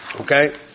Okay